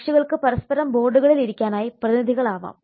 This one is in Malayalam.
കക്ഷികൾക്ക് പരസ്പരം ബോർഡുകളിൽ ഇരിക്കാനായി പ്രതിനിധികൾ ആകാം